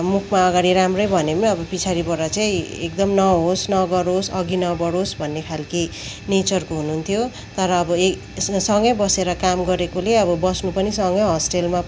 मुखमा अगाडि राम्रै भने नि पिछाडिबाट चाहिँ एकदम नहोस् नगरोस् अघि नबढोस् भन्ने खालकै नेचरको हुनुहुन्थ्यो तर अब यहीँ सँगै बसेर काम गरेकोले अब बस्नु पनि सँगै होस्टेलमा